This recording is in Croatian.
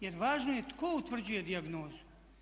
Jer važno je tko utvrđuje dijagnozu.